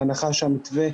בהנחה שהמתווה,